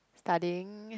studying